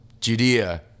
judea